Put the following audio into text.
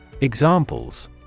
Examples